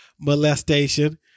molestation